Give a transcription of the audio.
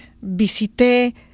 visité